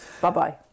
Bye-bye